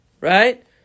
Right